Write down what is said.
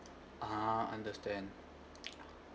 ah understand